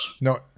No